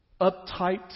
uptight